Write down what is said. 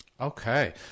Okay